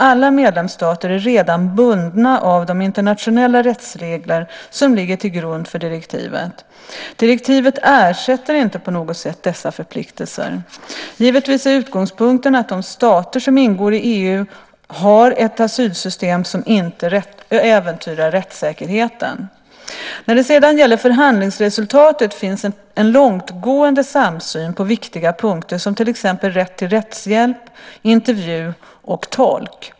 Alla medlemsstater är redan bundna av de internationella rättsregler som ligger till grund för direktivet. Direktivet ersätter inte på något sätt dessa förpliktelser. Givetvis är utgångspunkten att de stater som ingår i EU har asylsystem som inte äventyrar rättssäkerheten. När det sedan gäller förhandlingsresultatet finns en långtgående samsyn på viktiga punkter som till exempel rätt till rättshjälp, intervju och tolk.